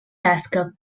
tasca